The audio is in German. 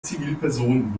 zivilperson